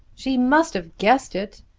she must have guessed it.